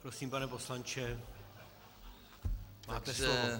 Prosím, pane poslanče, máte slovo.